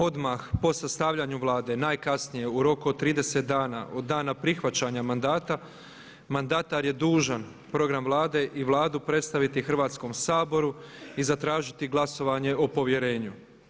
Odmah po sastavljanju Vlade najkasnije u roku od 30 dana od dana prihvaćanja mandata mandatar je dužan program Vlade i Vladu predstaviti Hrvatskom saboru i zatražiti glasovanje o povjerenju.